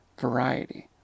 variety